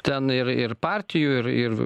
ten ir ir partijų ir ir